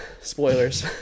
spoilers